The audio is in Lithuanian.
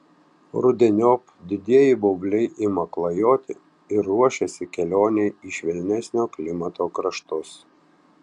rudeniop didieji baubliai ima klajoti ir ruošiasi kelionei į švelnesnio klimato kraštus